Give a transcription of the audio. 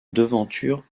devanture